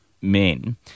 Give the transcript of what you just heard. Men